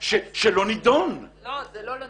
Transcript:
לא נדונו.